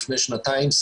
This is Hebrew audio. לפני שנתיים,